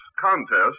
Contest